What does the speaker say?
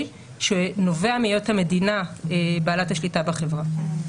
שנובע מהיות המדינה בעלת השליטה בחברה,